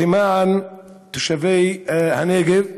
למען תושבי הנגב,